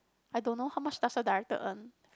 I don't know how much does a director earn